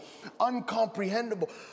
uncomprehendable